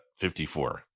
54